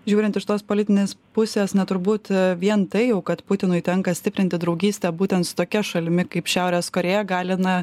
žiūrint iš tos politinės pusės ne turbūt vien tai jau kad putinui tenka stiprinti draugystę būtent su tokia šalimi kaip šiaurės korėja gali na